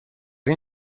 این